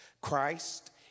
Christ